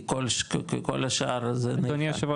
כי כל השאר --- אדוני היושב ראש,